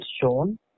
shown